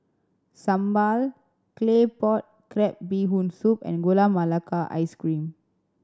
sambal Claypot Crab Bee Hoon Soup and Gula Melaka Ice Cream